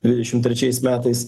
dvidešimt trečiais metais